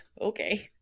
okay